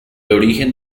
origen